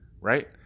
right